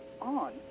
on